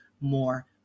more